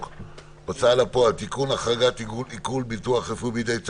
(ג)פוליסת ביטוח סיעודי,